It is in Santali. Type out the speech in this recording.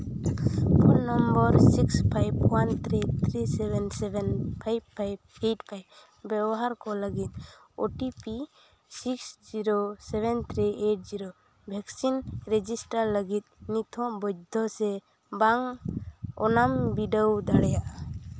phone number six five one three three seven seven five five eight five ᱵᱮᱵᱚᱦᱟᱨ ᱠᱚ ᱞᱟᱹᱜᱤᱫ OTP six zero seven three eight zero vaccine register ᱞᱟᱹᱜᱤᱫ ᱱᱤᱛ ᱦᱚᱸ ᱵᱳᱭᱫᱷᱚ ᱥᱮ ᱵᱟᱝ ᱚᱱᱟᱢ ᱵᱤᱰᱟᱹᱣ ᱫᱟᱲᱮᱭᱟᱜᱼᱟ